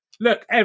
look